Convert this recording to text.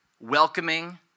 welcoming